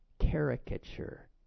caricature